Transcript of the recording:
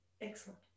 Excellent